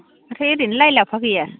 आमफ्राय ओरैनो लाइ लाफा गैया